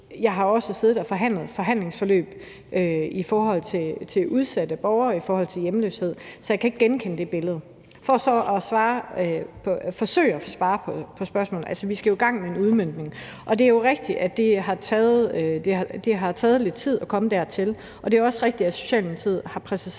siddet og forhandlet i forhandlingsforløb i forhold til udsatte borgere og i forhold til hjemløshed. Så jeg kan ikke genkende det billede. For så at forsøge at svare på spørgsmålet skal vi jo i gang med en udmøntning, og det er jo rigtigt, at det har taget lidt tid at komme dertil, og det er også rigtigt, at Socialdemokratiet har præciseret